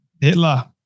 Hitler